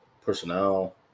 personnel